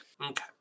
okay